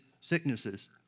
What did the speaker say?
sicknesses